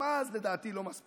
גם אז, לדעתי, לא מספיק,